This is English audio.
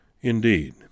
indeed